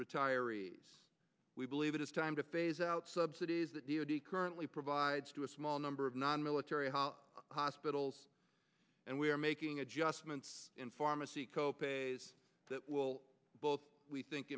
retirees we believe it is time to phase out subsidies that d o t currently provides to a small number of nonmilitary hospitals and we are making adjustments in pharmacy co pays that will both we think